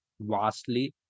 vastly